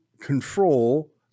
control